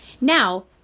now